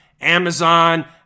Amazon